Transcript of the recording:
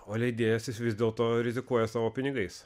o leidėjas jis vis dėlto rizikuoja savo pinigais